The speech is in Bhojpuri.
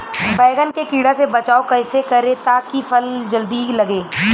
बैंगन के कीड़ा से बचाव कैसे करे ता की फल जल्दी लगे?